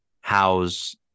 house